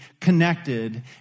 connected